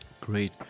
great